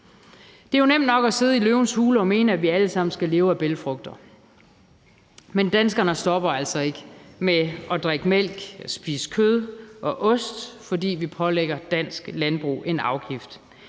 Det er jo nemt nok at sidde i »Løvens Hule« og mene, at vi alle sammen skal leve af bælgfrugter, men danskerne stopper altså ikke med at drikke mælk og spise kød og ost, fordi vi pålægger dansk landbrug en afgift.